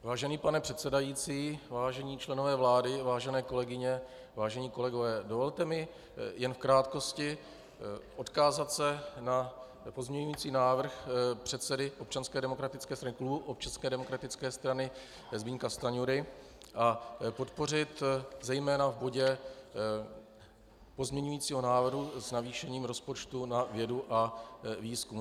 Vážený pane předsedající, vážení členové vlády, vážené kolegyně, vážení kolegové, dovolte mi jen v krátkosti odkázat se na pozměňovací návrh předsedy klubu Občanské demokratické strany Zbyňka Stanjury a podpořit ho zejména v bodě pozměňujícího návrhu s navýšením rozpočtu na vědu a výzkum.